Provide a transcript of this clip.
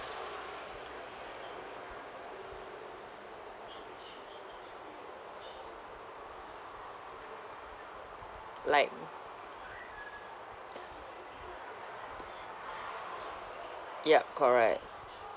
like yup correct